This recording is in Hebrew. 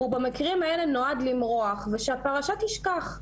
נועד במקרים האלה כדי למרוח ושהפרשה תשכך.